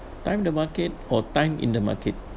time the market or time in the market